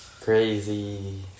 crazy